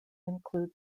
include